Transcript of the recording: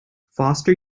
foster